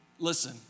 Listen